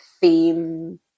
theme